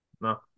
no